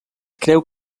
creu